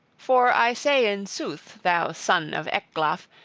for i say in sooth, thou son of ecglaf,